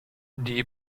die